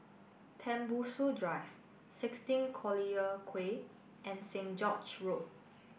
Tembusu Drive sixteen Collyer Quay and Saint George's Road